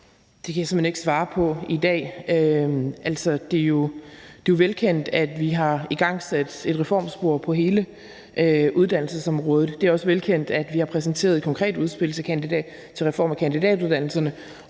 Det kan jeg simpelt hen ikke svare på i dag. Altså, det er jo velkendt, at vi har igangsat et reformspor på hele uddannelsesområdet. Det er også velkendt, at vi har præsenteret et konkret udspil til en reform af kandidatuddannelserne,